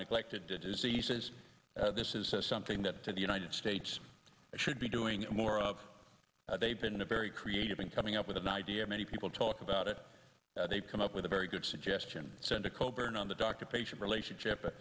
neglected to diseases this is something that to the united states should be doing more of they've been a very creative in coming up with an idea many people talk about it they've come up with a very good suggestion sent a coburn on the doctor patient relationship